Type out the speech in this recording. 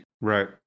Right